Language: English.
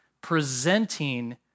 presenting